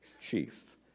chief